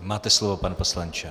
Máte slovo, pane poslanče.